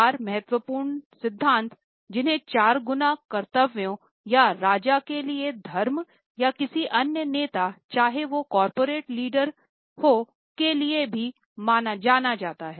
चार महत्वपूर्ण सिद्धांत जिन्हें चार गुना कर्तव्यों या राजा के लिए धर्म या किसी अन्य नेता चाहे वो कॉर्पोरेट लीडर के लिए भी जाना जाता है